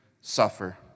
suffer